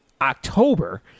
October